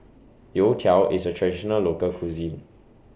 Youtiao IS A Traditional Local Cuisine